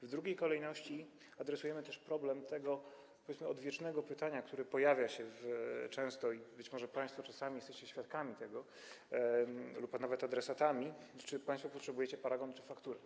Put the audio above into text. W drugiej kolejności adresujemy problem tego odwiecznego pytania, które pojawia się często, być może państwo czasami jesteście tego świadkami lub nawet adresatami: Czy państwo potrzebujecie paragon, czy fakturę?